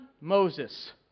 Moses